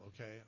okay